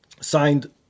signed